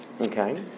Okay